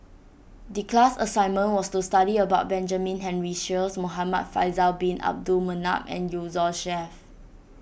the class assignment was to study about Benjamin Henry Sheares Muhamad Faisal Bin Abdul Manap and Yusnor Ef